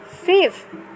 Fifth